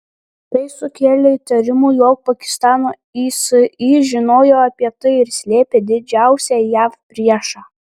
tai sukėlė įtarimų jog pakistano isi žinojo apie tai ir slėpė didžiausią jav priešą